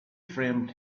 framed